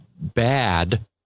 bad